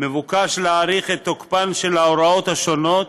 מבקש להאריך את תוקפן של ההוראות השונות,